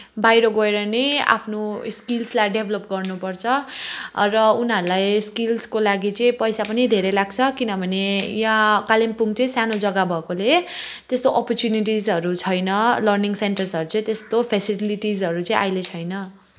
बाहिर गएर नै आफ्नो स्किल्सलाई डेभ्लप गर्नुपर्छ र उनीहरूलाई स्किल्सको लागि चाहिँ पैसा पनि धेरै लाग्छ किनभने यहाँ कालिम्पोङ चाहिँ सानो जग्गा भएकोले त्यस्तो अपर्चुनिटिजहरू छैन लर्निङ सेन्टर्सहरू चाहिँ त्यस्तो फ्यासिलिटिजहरू चाहिँ अहिले छैन